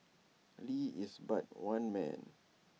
lee is but one man